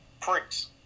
pricks